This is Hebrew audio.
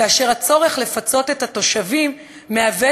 כאשר הצורך לפצות את התושבים מהווה